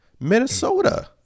Minnesota